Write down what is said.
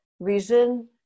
vision